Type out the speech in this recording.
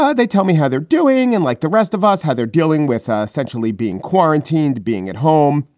ah they tell me how they're doing and like the rest of us, how they're dealing with ah essentially being quarantined, being at home.